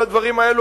כל הדברים האלה,